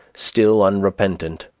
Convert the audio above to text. still unrepentant,